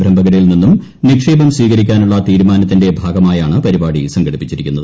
സംരംഭകരിൽ നിന്നും നിക്ഷേപം സ്വീകരിക്കാനുള്ള തീരുമാനത്തിന്റെ ഭാഗമായാണ് പരിപാടി സംഘടിപ്പിച്ചിരിക്കുന്നത്